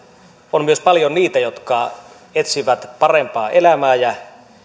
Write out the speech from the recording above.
on myös paljon niitä jotka etsivät parempaa elämää ja